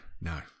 No